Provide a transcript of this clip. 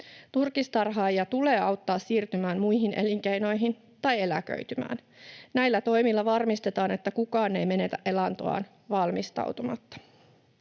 Turkistarhaajia tulee auttaa siirtymään muihin elinkeinoihin tai eläköitymään. Näillä toimilla varmistetaan, että kukaan ei menetä elantoaan valmistautumatta.